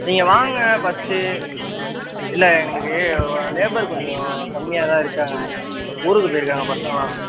நீங்கள் வாங்க ஃபஸ்ட்டு இல்லை எங்களுக்கு லேபர் கொஞ்சம் கம்மியாக தான் இருக்காங்க ஊருக்கு போய்ருக்காங்க பசங்கள்லாம்